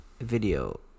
video